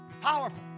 Powerful